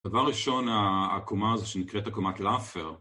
דבר ראשון, העקומה הזו שנקראת עקומת לאפר